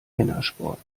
männersport